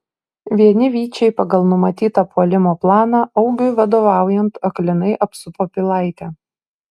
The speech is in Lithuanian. vieni vyčiai pagal numatytą puolimo planą augiui vadovaujant aklinai apsupo pilaitę